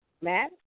Matt